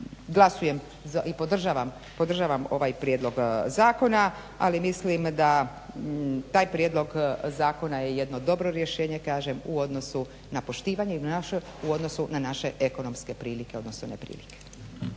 glasujem i podržavam ovaj prijedlog zakona ali mislim da taj prijedlog zakona je jedno dobro rješenje kažem u odnosu na poštivanje …/Govornik se ne razumije./… u odnosu na naše ekonomske prilike odnosno neprilike.